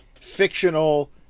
fictional